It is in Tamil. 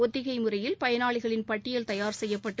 ஒத்திகை முறையில் பயனாளிகளின் பட்டியல் தயார் செய்யப்பட்டு